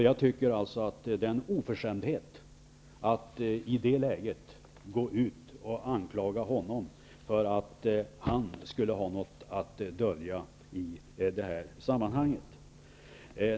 Jag tycker alltså att det är en oförskämdhet att i det läget gå ut och anklaga honom för att han skulle ha något att dölja i detta sammanhang.